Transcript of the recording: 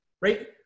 right